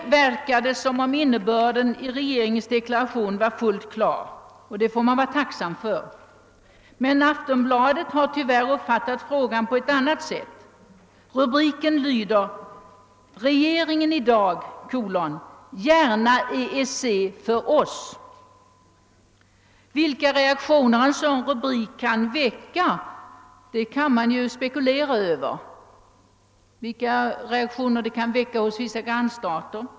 Innebörden i regeringens deklaration är för mig helt klar, vilket man får vara tacksam för. Men Aftonbladet har tyvärr uppfattat frågan på annat sätt. Den rubrik jag talade om lyder så: »Regeringen idag: Gärna EEC för oss.» Vilka reaktioner en sådan rubrik kan väcka hos vissa av våra grannstater kan man ju spekulera över.